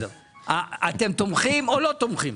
אתם תומכים או לא תומכים?